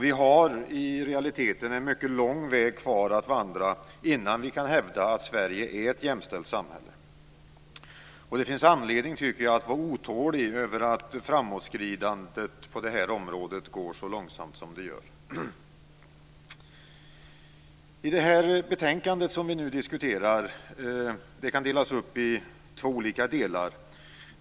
Vi har i realiteten en mycket lång väg kvar att vandra innan vi kan hävda att Sverige är ett jämställt samhälle. Det finns anledning, tycker jag, att vara otålig över att framåtskridandet på detta område går så långsamt som det gör. Det betänkande som vi nu diskuterar kan delas upp i två olika delar.